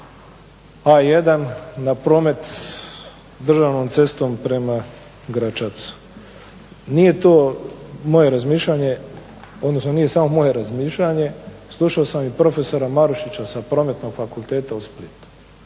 A1 na promet državnom cestom prema Gračacu. Nije to moje razmišljanje, odnosno nije samo moje razmišljanje. Slušao sam i profesora Marušića sa Prometnog fakulteta u Splitu,